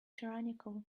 tyrannical